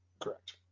Correct